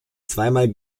zweimal